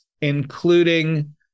including